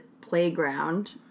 playground